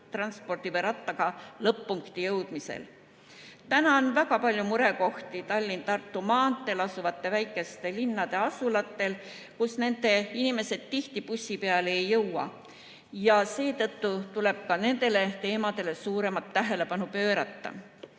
ühistranspordi või rattaga lõpp-punkti jõudmiseks. Täna on väga palju murekohti Tallinna–Tartu maantee ääres asuvatel väikestel linnadel ja muudel asulatel, kus inimesed tihti bussi peale ei jõua. Seetõttu tuleb ka nendele teemadele suuremat tähelepanu pöörata.